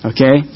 Okay